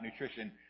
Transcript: nutrition